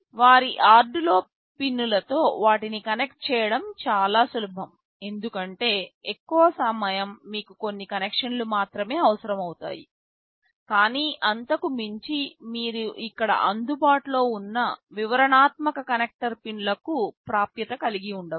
వారి ఆర్డునో పిన్లతో వాటిని కనెక్ట్ చేయడం చాలా సులభం ఎందుకంటే ఎక్కువ సమయం మీకు కొన్ని కనెక్షన్లు మాత్రమే అవసరమవుతాయి కానీ అంతకు మించి మీరు ఇక్కడ అందుబాటులో ఉన్న వివరణాత్మక కనెక్టర్ పిన్లకు ప్రాప్యత కలిగి ఉండవచ్చు